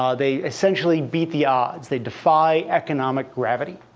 um they essentially beat the odds. they defy economic gravity.